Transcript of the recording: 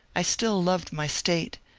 i still loved my state,